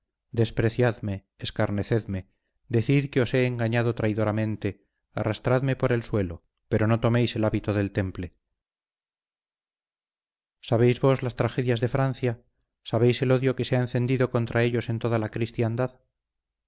despreciadme escarnecerme decid que os he engañado traidoramente arrastradme por el suelo pero no toméis el hábito del temple sabéis vos las tragedias de francia sabéis el odio que se ha encendido contra ellos en toda la cristiandad